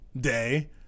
day